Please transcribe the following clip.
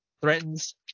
threatens